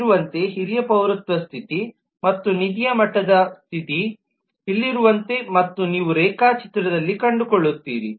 ಇಲ್ಲಿರುವಂತೆ ಹಿರಿಯ ಪೌರತ್ವ ಸ್ಥಿತಿ ಮತ್ತು ನಿಧಿಯ ಮಟ್ಟದ ಸ್ಥಿತಿ ಇಲ್ಲಿರುವಂತೆ ಮತ್ತು ನೀವು ರೇಖಾಚಿತ್ರದಲ್ಲಿ ಕಂಡುಕೊಳ್ಳುತ್ತೀರಿ